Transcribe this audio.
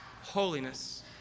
holiness